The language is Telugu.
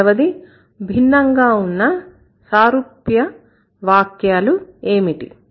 రెండవది భిన్నంగా ఉన్న సారూప్య వాక్యాలు ఏమిటి